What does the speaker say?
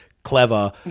Clever